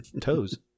toes